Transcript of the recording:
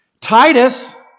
Titus